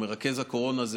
או מרכז הקורונה,